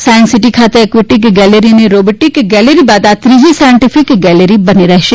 science city ખાતે aquatic gallery અને robotic gallery બાદ આ ત્રીજી સાયન્ટેફિક ગેલેરી બની રહેશે